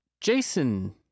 jason